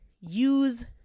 use